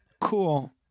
Cool